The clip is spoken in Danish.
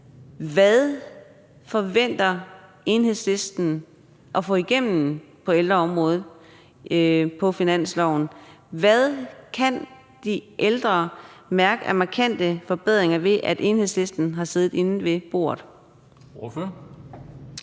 Hvad forventer Enhedslisten at få igennem på ældreområdet på finansloven? Hvad kan de ældre mærke af markante forbedringer, ved at Enhedslisten har siddet med ved bordet?